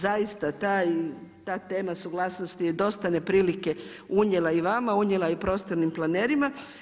Zaista ta tema suglasnosti je dosta neprilike unijela i vama, unijela i prostornim planerima.